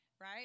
right